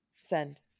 send